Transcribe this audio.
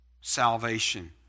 salvation